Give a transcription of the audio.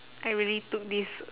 I really took this